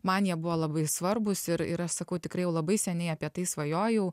man jie buvo labai svarbūs ir ir aš sakau tikrai labai seniai apie tai svajojau